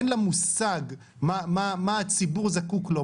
אין לה מושג מה הציבור זקוק לו,